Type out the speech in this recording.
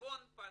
חשבון פשוט,